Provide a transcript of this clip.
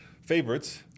favorites